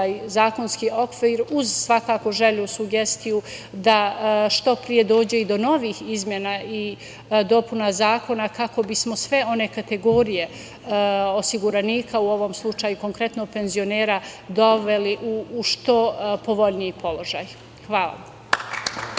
zakonski okvir uz svakako želju, sugestiju da što pre dođe i do novih izmena i dopuna zakona kako bismo sve one kategorije osiguranika, u ovom slučaju konkretno penzionera, doveli u što povoljniji položaj. Hvala.